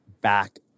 back